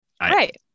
Right